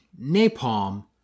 napalm